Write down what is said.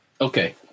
okay